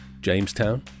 Jamestown